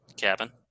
cabin